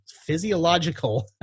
physiological